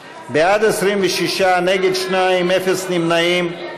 בעד, 26, נגד, 2, אפס נמנעים.